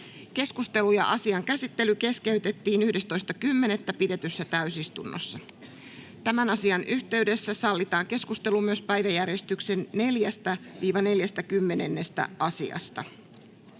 Keskustelu ja asian käsittely keskeytettiin 11.10. pidetyssä täysistunnossa. Tämän asian yhteydessä sallitaan keskustelu myös päiväjärjestyksen 4.—40. asiasta.